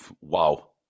Wow